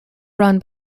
run